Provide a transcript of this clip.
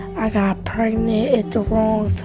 i got pregnant at the wrong